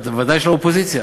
בוודאי של האופוזיציה.